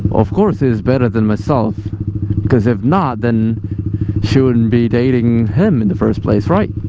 of course he's better than myself because if not then she wouldn't be dating him in the first place right?